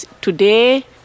today